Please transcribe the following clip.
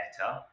better